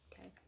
Okay